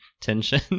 tension